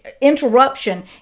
interruption